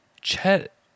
Chet